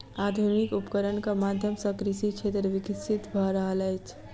आधुनिक उपकरणक माध्यम सॅ कृषि क्षेत्र विकसित भ रहल अछि